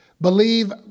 believe